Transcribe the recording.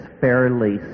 fairly